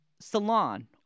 salon